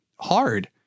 hard